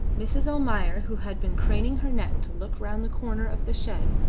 mrs. almayer, who had been craning her neck to look round the corner of the shed,